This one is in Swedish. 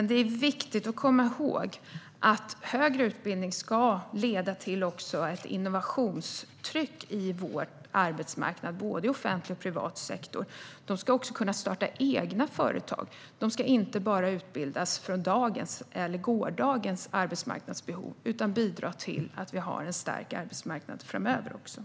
Det är dock viktigt att komma ihåg att högre utbildning även ska leda till ett innovationstryck på vår arbetsmarknad, både i offentlig och i privat sektor. Människor ska inte bara utbildas för dagens eller gårdagens arbetsmarknadsbehov utan också kunna starta egna företag och på så sätt bidra till att vi har en stark arbetsmarknad även framöver.